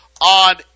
on